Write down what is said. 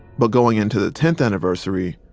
but going into the tenth anniversary,